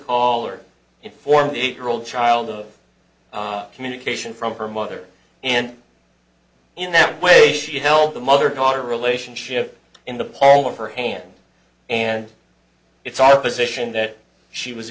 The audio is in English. call or inform the eight year old child of communication from her mother and in that way she held the mother daughter relationship in the palm of her hand and it's our position that she was